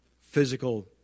physical